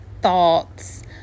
thoughts